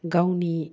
गावनि